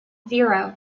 zero